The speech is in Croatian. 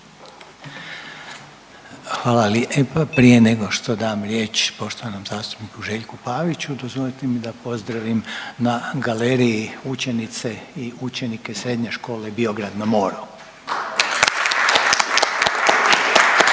Hvala lijepa. Prije nego što dam riječ poštovanom zastupniku Željku Paviću, dozvolite mi da pozdravim na galeriji učenice i učenike Srednje škole Biograd na Moru.